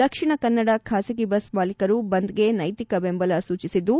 ದಕ್ಷಿಣ ಕನ್ನಡ ಖಾಸಗಿ ಬಸ್ ಮಾಲೀಕರು ಬಂದ್ಗೆ ನೈತಿಕ ಬೆಂಬಲ ಸೂಚಿಸಿದ್ದು